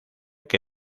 que